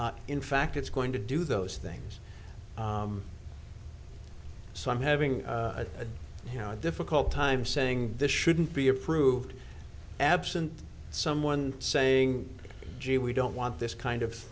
in fact it's going to do those things so i'm having a difficult time saying this shouldn't be approved absent someone saying gee we don't want this kind of